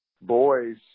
boys